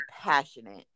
passionate